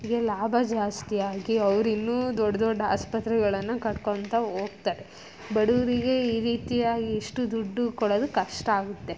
ಗೆ ಲಾಭ ಜಾಸ್ತಿಯಾಗಿ ಅವ್ರು ಇನ್ನೂ ದೊಡ್ಡ ದೊಡ್ಡ ಆಸ್ಪತ್ರೆಗಳನ್ನು ಕಟ್ಕೊಳ್ತಾ ಹೋಗ್ತಾರೆ ಬಡವ್ರಿಗೆ ಈ ರೀತಿಯಾಗಿ ಇಷ್ಟು ದುಡ್ಡು ಕೊಡೋದು ಕಷ್ಟ ಆಗುತ್ತೆ